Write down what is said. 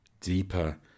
deeper